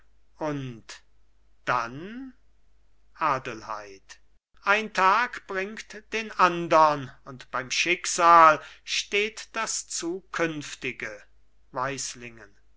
und dann adelheid ein tag bringt den andern und beim schicksal steht das zukünftige